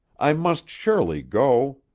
i must surely go.